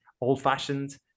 old-fashioned